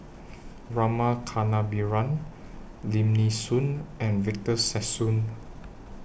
Rama Kannabiran Lim Nee Soon and Victor Sassoon